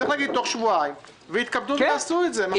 צריך להגיד: תוך שבועיים, ותתכבדו ותעשו את זה.